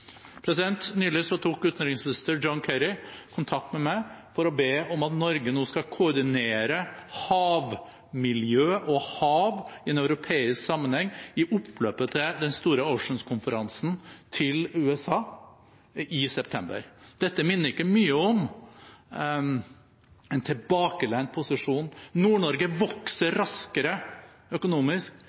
Nylig tok utenriksminister John Kerry kontakt med meg for å be om at Norge nå skal koordinere havmiljø og hav i en europeisk sammenheng i oppløpet til den store OCEANS-konferansen i USA i september. Dette minner ikke mye om en tilbakelent posisjon. Nord-Norge vokser raskere økonomisk